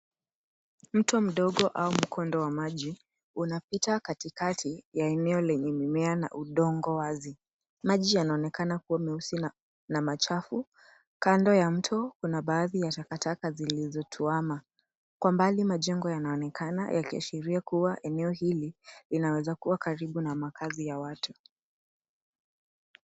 Mto mdogo au mkondo wa maji, unapita katikati ya eneo lenye mimea na udongo wazi. Maji yanaonekana kuwa myeusi na machafu. Kando ya mto kuna baadhi ya takataka zilizotuama. Kwa mbali majengo yanaonekana yakiashiria kuwa eneo hili linaweza kuwa karibu na makazi ya watu.